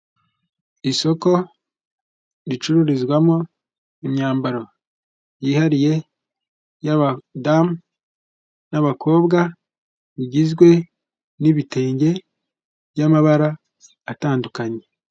Isoko ricururizwamo imyambaro yihariye y'abadamu n'abakobwa, rigizwe n'ibitenge by'amabara atandukanye.